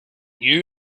you